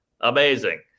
Amazing